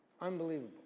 Unbelievable